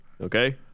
Okay